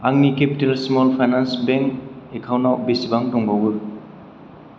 आंनि capital small finance bank account आव बेसेबां दंबावो